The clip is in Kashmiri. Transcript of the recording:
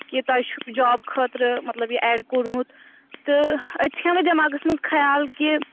کہِ تۄہہِ چھُو جاب خٲطرٕ مطلب یہِ ایڈ کوٚرمُت تہٕ أتۍتھٕے آو مےٚ دٮ۪ماغَس منٛز خیال کہِ